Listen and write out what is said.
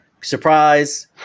Surprise